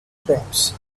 proms